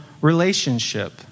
relationship